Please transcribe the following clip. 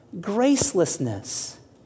gracelessness